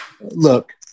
Look